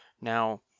Now